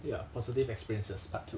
ya positive experiences part two